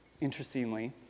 interestingly